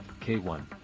K-1